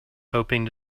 hoping